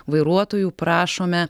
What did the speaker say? vairuotojų prašome